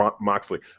Moxley